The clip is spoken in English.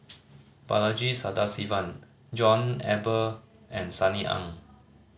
Balaji Sadasivan John Eber and Sunny Ang